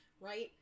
right